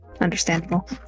Understandable